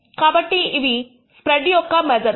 కాబట్టి ఇవి స్ప్రెడ్ యొక్క మెజర్స్